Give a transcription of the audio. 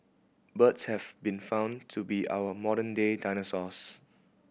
birds have been found to be our modern day dinosaurs